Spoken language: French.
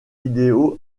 vidéo